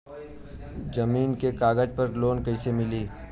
जमीन के कागज पर लोन कइसे मिली?